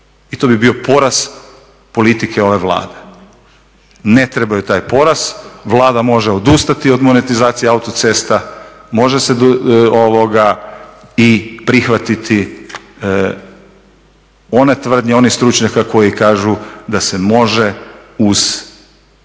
I to bi bio poraz politike ove Vlade. Ne trebaju taj poraz, Vlada može odustati od monetizacije autocesta, može se i prihvatiti one tvrdnje onih stručnjaka koji kažu da se može uz